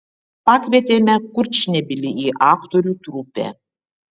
pakvietėme kurčnebylį į aktorių trupę